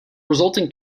resulting